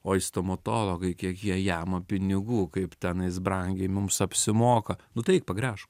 oi stomotologai kiek jie jama pinigų kaip tenais brangiai mums apsimoka nu tai eik pagręžk